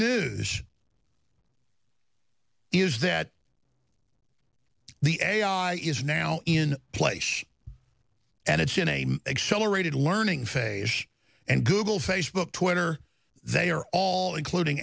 news is that the ai is now in place and it's in a accelerated learning phase and google facebook twitter they are all including